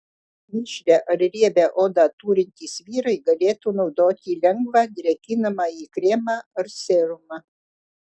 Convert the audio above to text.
mišrią ar riebią odą turintys vyrai galėtų naudoti lengvą drėkinamąjį kremą ar serumą